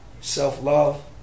Self-love